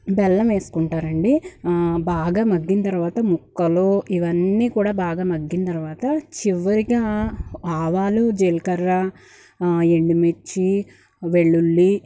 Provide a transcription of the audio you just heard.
బెల్లం వేస్కుంటారండీ బాగా మగ్గిన తర్వాత ముక్కలు ఇవన్నీ కూడా బాగా మగ్గిన తర్వాత చివరిగా ఆవాలు జీలకర్ర ఎండుమిర్చి వెల్లుల్లి